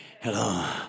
Hello